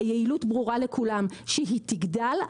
היעילות ברורה לכולם שהיא תגדל,